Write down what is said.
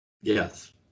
yes